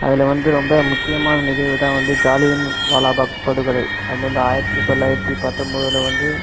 அதில் வந்து ரொம்ப முக்கியமான நிகழ்வு தான் வந்து ஜாலியன்வாலா பாக் படுகொலை அது வந்து ஆயிரத்தி தொள்ளாயிரத்தி பத்தொம்பதுல வந்து